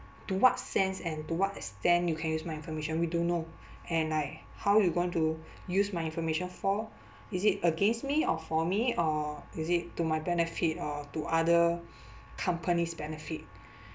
to what sense and to what extent you can use my information we don't know and like how you going to use my information for is it against me or for me or is it to my benefit or to other companies' benefit